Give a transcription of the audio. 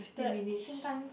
the Shinkan